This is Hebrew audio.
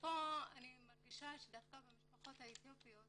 אני מרגישה שדווקא במשפחות האתיופיות